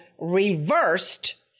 reversed